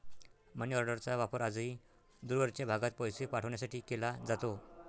मनीऑर्डरचा वापर आजही दूरवरच्या भागात पैसे पाठवण्यासाठी केला जातो